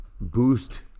boost